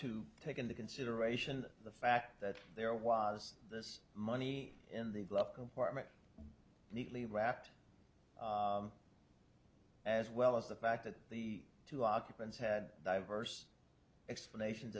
to take into consideration the fact that there was this money in the apartment neatly wrapped as well as the fact that the two occupants had diverse explanations